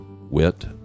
wit